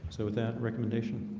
so with that recommendation